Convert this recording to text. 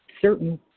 certain